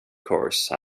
course